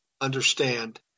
understand